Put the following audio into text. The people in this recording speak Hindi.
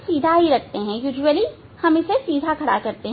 सामान्यतः हम इसे सीधा खड़ा रखते हैं